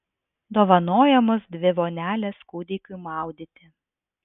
dovanojamos dvi vonelės kūdikiui maudyti